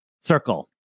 circle